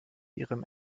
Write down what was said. ihrem